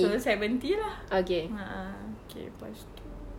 so saya berhenti lah a'ah okay lepas itu